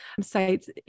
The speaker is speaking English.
sites